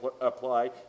apply